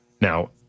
Now